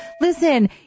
listen